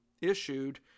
issued